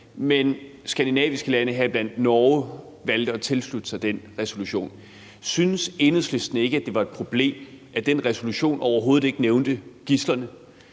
Men skandinaviske lande, heriblandt Norge, valgte at tilslutte sig den resolution. Synes Enhedslisten ikke, det var et problem, at den resolution overhovedet ikke nævnte gidslerne,